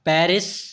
Paris